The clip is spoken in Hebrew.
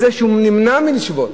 זה שהוא נמנע מלשבות.